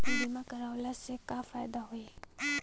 बीमा करवला से का फायदा होयी?